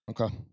Okay